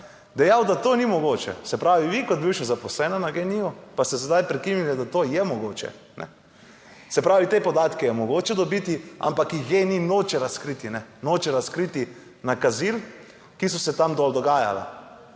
dejal, da to ni mogoče. Se pravi, vi kot bivša zaposlena na GEN-I, pa ste zdaj prekinili, da to je mogoče. Se pravi, te podatke je mogoče dobiti, ampak jih genij noče razkriti, noče razkriti nakazil, ki so se tam dol dogajala.